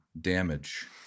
damage